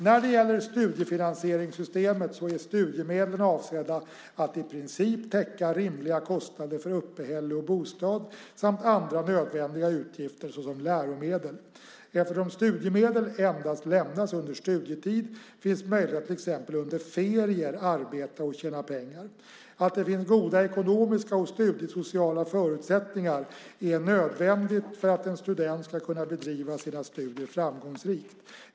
När det gäller studiefinansieringssystemet är studiemedlen avsedda att i princip täcka rimliga kostnader för uppehälle och bostad samt andra nödvändiga utgifter såsom läromedel. Eftersom studiemedel endast lämnas under studietid finns möjligheter att till exempel under ferier arbeta och tjäna pengar. Att det finns goda ekonomiska och studiesociala förutsättningar är nödvändigt för att en student ska kunna bedriva sina studier framgångsrikt.